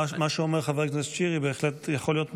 מה שאומר חבר הכנסת שירי בהחלט יכול להיות מענה.